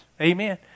Amen